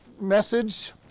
message